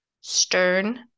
stern